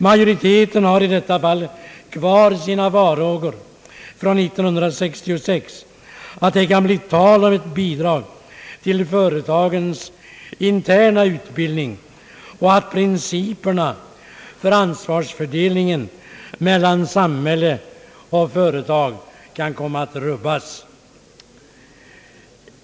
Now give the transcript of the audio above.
Majoriteten har i detta fall kvar sina farhågor från år 1966 att det kan bli tal om ett bidrag till företagens interna utbildning och att principerna om ansvarsfördelningen mellan samhälle och företag kan komma att rubbas.